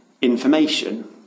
information